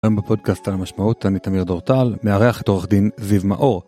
היום בפודקאסט על המשמעות, אני תמיר דורטל, מארך את עורך דין זיו מאור.